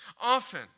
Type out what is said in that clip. Often